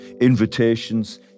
invitations